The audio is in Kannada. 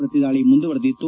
ಪ್ರತಿದಾಳಿ ಮುಂದುವರಿದಿತ್ತು